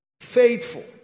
faithful